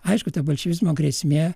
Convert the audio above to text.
aišku ta bolševizmo grėsmė